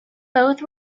both